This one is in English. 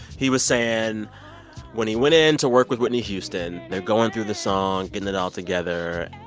he was saying when he went in to work with whitney houston, they're going through the song, getting it all together.